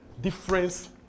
difference